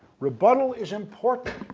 rebuttal is important.